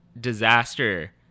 disaster